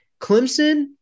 Clemson